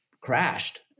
crashed